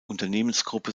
unternehmensgruppe